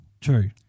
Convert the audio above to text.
True